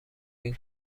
این